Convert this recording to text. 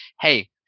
Hey